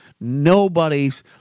nobody's